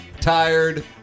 Tired